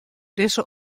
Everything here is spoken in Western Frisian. dizze